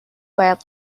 باید